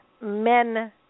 men